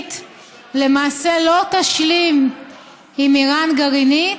הברית למעשה לא תשלים עם איראן גרעינית,